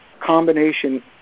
combination